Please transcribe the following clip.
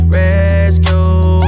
rescue